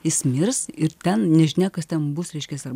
jis mirs ir ten nežinia kas ten bus reiškias arba